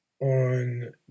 on